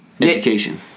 education